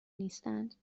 نیستند